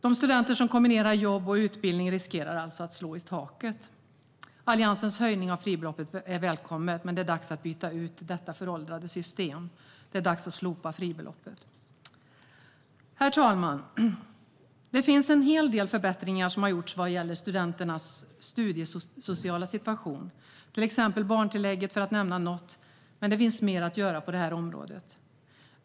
De studenter som kombinerar jobb och utbildning riskerar att slå i taket. Alliansens höjning av fribeloppet är välkommen, men det är dags att byta ut detta föråldrade system. Det är dags att slopa fribeloppet. Herr talman! Det finns en hel del förbättringar som gjorts vad gäller studenters studiesociala situation, till exempel barntillägget för att nämna något, men det finns mer att göra på detta område.